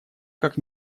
как